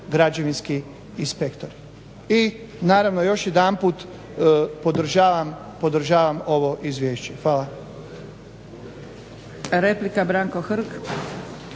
građevinski inspektor. I naravno još jedanput podržavam ovo izvješće. Hvala.